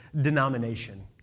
denomination